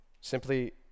Simply